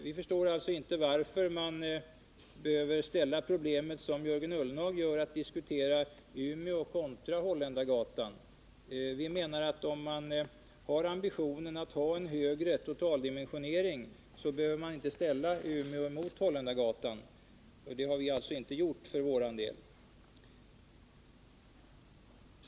Vi förstår alltså inte varför man behöver ställa problemet på det sätt som Jörgen Ullenhag gör och diskutera en utökning i Umeå kontra bibehållande av Holländargatan i Stockholm. Har man ambitionen att vilja ha en högre totaldimensionering, menar vi att man inte behöver ställa Umeå i motsats mot Holländargatan, och det har vi alltså inte gjort för vår del.